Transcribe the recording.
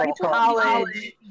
college